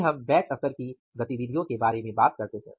फिर हम बैच स्तर की गतिविधियों के बारे में बात करते हैं